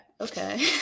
Okay